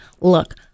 look